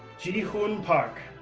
jeehoon park,